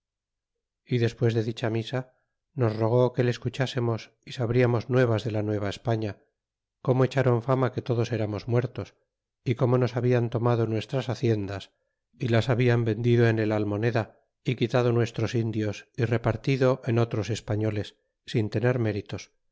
é despues de dicha misa nos rogó que le escuchásemos y sabriamos nuevas de la nueva españa como echaron fama que todos eramos muertos y como nos habían tomado nuestras haciendas y las hablan vendido en el almoneda y quitado nuestros indios y repartido en otros españoles sin tener méritos